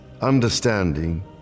understanding